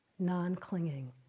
non-clinging